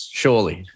surely